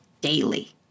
daily